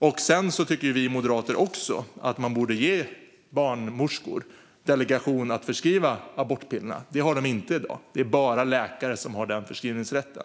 Vi moderater tycker också att man borde ge barnmorskor delegation att förskriva abortpillren. Det har de inte i dag. Det är bara läkare som har den förskrivningsrätten.